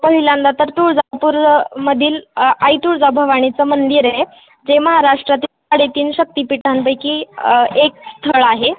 पहिल्यांदा तर तुळजापूरमधील आई तुळजाभवानीचं मंदिर आहे जे महाराष्ट्रातील साडेतीन शक्तिपिठांपैकी एक स्थळ आहे